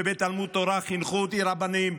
ובתלמוד תורה חינכו אותי רבנים,